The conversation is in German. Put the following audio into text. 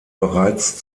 bereits